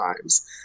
times